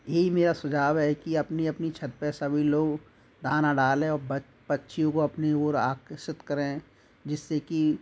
यही मेरा सुझाव है कि अपनी अपनी छत पर सभी लोग दाना डालें और पक्षियों को अपनी ओर आकर्षित करें जिससे कि